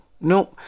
no